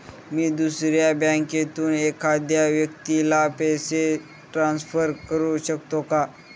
मी दुसऱ्या बँकेतून एखाद्या व्यक्ती ला पैसे ट्रान्सफर करु शकतो का?